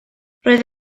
roedd